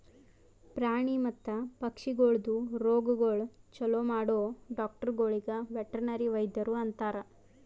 ಪ್ರಾಣಿ ಮತ್ತ ಪಕ್ಷಿಗೊಳ್ದು ರೋಗಗೊಳ್ ಛಲೋ ಮಾಡೋ ಡಾಕ್ಟರಗೊಳಿಗ್ ವೆಟರ್ನರಿ ವೈದ್ಯರು ಅಂತಾರ್